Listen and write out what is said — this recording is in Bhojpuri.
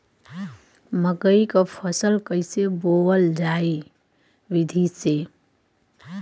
मकई क फसल कईसे बोवल जाई विधि से?